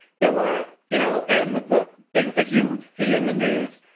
there were you know, and the things that you see in the news,